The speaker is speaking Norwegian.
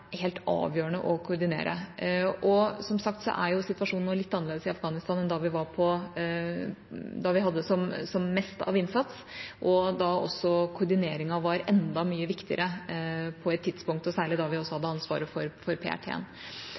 helt avgjørende å koordinere. Som sagt er situasjonen litt annerledes i Afghanistan nå enn da vi hadde som mest av innsats, og da koordineringen var enda mye viktigere på et tidspunkt, særlig da vi hadde ansvaret for